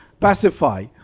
pacify